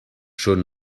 són